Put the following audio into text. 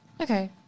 Okay